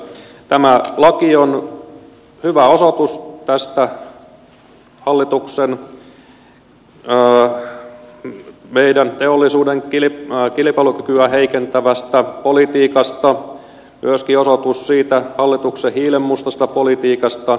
tämä laki on hyvä osoitus hallituksen meidän teollisuuden kilpailukykyä heikentävästä politiikasta myöskin osoitus siitä hallituksen hiilenmustasta politiikasta